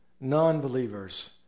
non-believers